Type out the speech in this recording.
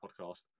podcast